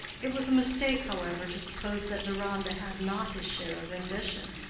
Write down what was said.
it was a mistake, however, to suppose that deronda had not his share of ambition.